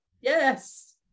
Yes